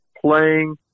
playing